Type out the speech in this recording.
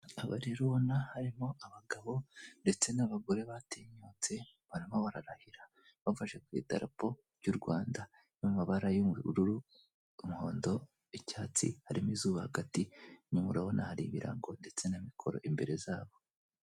Aba rero ubona harimo abagabo ndetse n'abagore batinyutse, barimo bararahira bafashe ku idarapo ry'u Rwanda, mu mabara y' ubururu, umuhondo, icyatsi, harimo izuba hagati, inyuma urabona hari ibirango ndetse na mikoro imbere zabo.